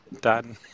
Dan